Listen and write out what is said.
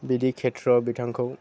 बिदि खेत्रआव बिथांखौ